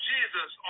Jesus